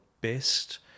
best